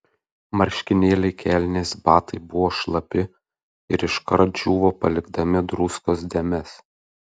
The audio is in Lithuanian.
marškinėliai kelnės batai buvo šlapi ir iškart džiūvo palikdami druskos dėmes